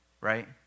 right